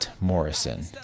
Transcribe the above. Morrison